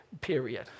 period